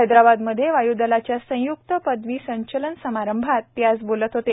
हैद्राबादमधे वायूदलाच्या संय्क्त पदवी संचलन समारंभात ते आज बोलत होते